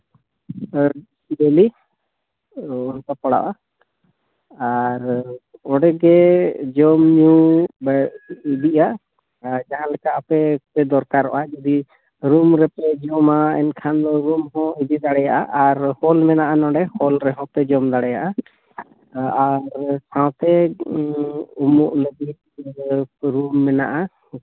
ᱟᱨ daily ᱚᱱᱠᱟ ᱯᱟᱲᱟᱜᱼᱟ ᱟᱨ ᱚᱸᱰᱮ ᱜᱮ ᱡᱚᱢ ᱧᱩ ᱤᱫᱤᱜᱼᱟ ᱟᱨ ᱡᱟᱦᱟᱸ ᱞᱮᱠᱟ ᱟᱯᱮ ᱯᱮ ᱫᱚᱨᱠᱟᱨᱚᱜᱼᱟ ᱡᱚᱫᱤ ᱨᱩᱢ ᱨᱮᱯᱮ ᱡᱚᱢᱼᱟ ᱮᱵᱠᱷᱟᱱ ᱫᱚ ᱨᱩᱯ ᱦᱚᱸ ᱤᱫᱤ ᱫᱟᱲᱮᱭᱟᱜᱼᱟ ᱟᱨ ᱦᱳᱞ ᱢᱮᱱᱟᱜᱼᱟ ᱱᱚᱰᱮ ᱦᱳᱞ ᱨᱮᱦᱚᱸ ᱯᱮ ᱡᱚᱢ ᱫᱟᱲᱮᱭᱟᱜᱼᱟ ᱟᱨ ᱥᱟᱶᱛᱮ ᱨᱩᱢ ᱢᱮᱱᱟᱜᱼᱟ